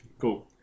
Cool